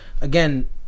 again